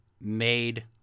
made